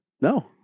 No